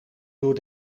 door